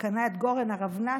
שקנה את גורן ארונה,